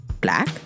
black